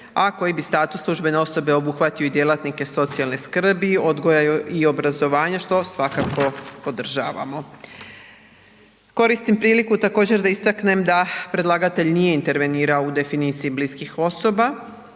a koji bi status službene osobe obuhvatio i djelatnike socijalne skrbi, odgoja i obrazovanja što svakako podržavamo. Koristim priliku također da istaknem da predlagatelj nije intervenirao u definiciji bliskih osoba,